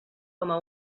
coma